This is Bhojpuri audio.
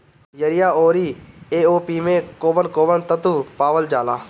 यरिया औरी ए.ओ.पी मै कौवन कौवन तत्व पावल जाला?